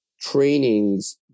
trainings